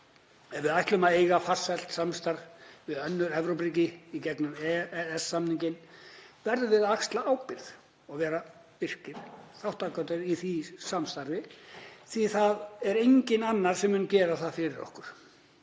Ef við ætlum að eiga farsælt samstarf við önnur Evrópuríki í gegnum EES-samninginn verðum við að axla ábyrgð og vera virkir þátttakendur í því samstarfi því að það er enginn annar sem mun gera það fyrir okkur.